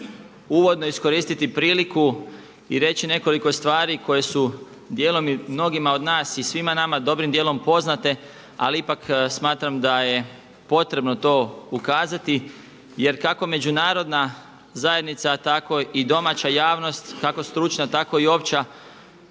uvodno iskoristiti priliku i reći nekoliko stvari koje su dijelom i mnogima od nas i svima nama dobrim dijelom poznate ali ipak smatram da je potrebno to ukazati jer kako međunarodna zajednica a tako i domaća javnost, kako stručna, tako i opća